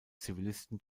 zivilisten